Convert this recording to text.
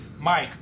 Mike